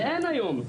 ואין היום.